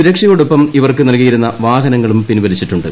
സുരക്ഷയോടൊപ്പം ഇവർക്ക് നൽകിയിരുന്ന വാഹനങ്ങളും പിൻവലിച്ചിട്ടുണ്ട്